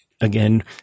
again